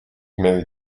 married